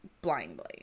blindly